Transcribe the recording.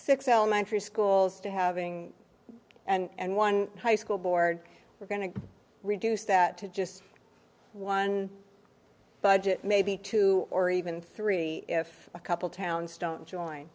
six elementary schools to having and one high school board we're going to reduce that to just one budget maybe two or even three if a couple towns don't join